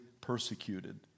persecuted